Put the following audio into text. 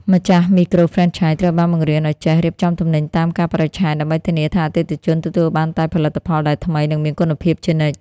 ម្ចាស់មីក្រូហ្វ្រេនឆាយត្រូវបានបង្រៀនឱ្យចេះ "រៀបចំទំនិញតាមកាលបរិច្ឆេទ" ដើម្បីធានាថាអតិថិជនទទួលបានតែផលិតផលដែលថ្មី និងមានគុណភាពជានិច្ច។